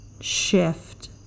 shift